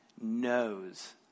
knows